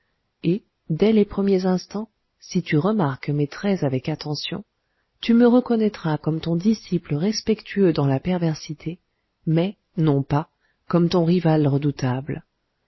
et dès les premiers instants si tu remarques mes traits avec attention tu me reconnaîtras comme ton disciple respectueux dans la perversité mais non pas comme ton rival redoutable